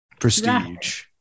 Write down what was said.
prestige